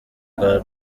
bwa